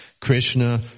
Krishna